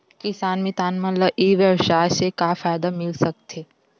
किसान मितान मन ला ई व्यवसाय से का फ़ायदा मिल सकथे?